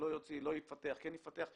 לא ירצה, לא יפתח, כן יפתח.